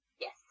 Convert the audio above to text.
Yes